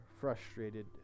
frustrated